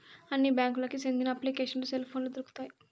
అన్ని బ్యాంకులకి సెందిన అప్లికేషన్లు సెల్ పోనులో దొరుకుతాయి